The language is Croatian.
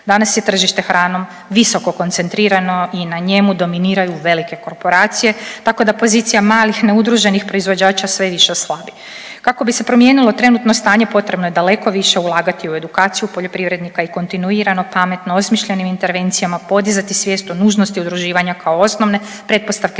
Danas je tržište hranom visoko koncentrirano i na njemu dominiraju velike korporacije, tako da pozicija malih neudruženih proizvođača sve više slabi. Kako bi se promijenilo trenutno stanje potrebno je daleko više ulagati u edukaciju poljoprivrednika i kontinuirano, pametno i osmišljenim intervencijama podizati svijest o nužnosti udruživanja kao osnovne pretpostavke